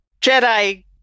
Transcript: Jedi